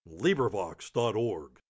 LibriVox.org